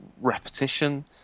repetition